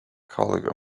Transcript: colleague